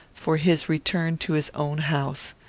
for his return to his own house.